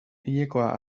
hilekoa